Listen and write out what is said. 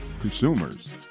consumers